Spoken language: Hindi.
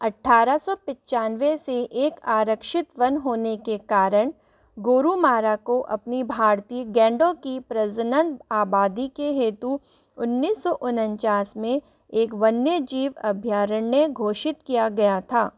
अठारह सौ पिचानवे से एक आरक्षित वन होने के कारण गोरुमारा को अपनी भारतीय गैंडों की प्रज़नन आबादी के हेतु उन्नीस सौ उनंचास में एक वन्यजीव अभयारण्य घोषित किया गया था